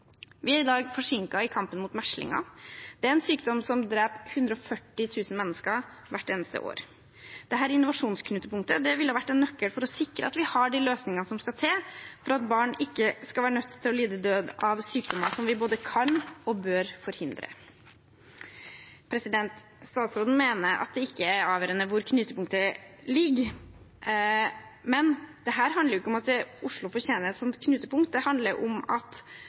Vi er forsinket i kampen mot meslinger. Det er en sykdom som dreper 140 000 mennesker hvert eneste år. Dette innovasjonsknutepunktet ville vært en nøkkel for å sikre at vi har de løsningene som skal til for at barn ikke skal være nødt til å lide døden av sykdommer som vi både kan og bør forhindre. Statsråden mener at det ikke er avgjørende hvor knutepunktet ligger, men dette handler ikke om at Oslo fortjener et sånt knutepunkt. Det handler om at